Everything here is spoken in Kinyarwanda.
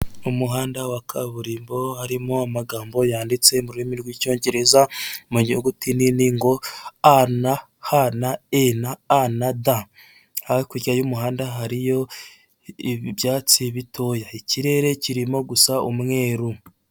Umuhanda wa kaburimbo harimo amagambo yanditse mu rurimi rw'icyongereza, mu nyuguti nini ngo a na ha na e na a na da. Hakurya y'umuhanda hariyo ibyatsi bitoya ikirere kirimo gusa umweru.